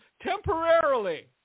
temporarily